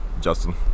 Justin